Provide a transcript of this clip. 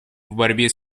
борьбе